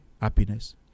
happiness